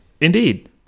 Indeed